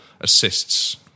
assists